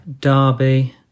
Derby